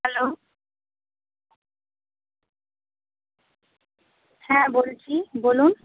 hello হ্যাঁ বলছি বলুন